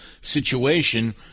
situation